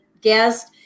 guest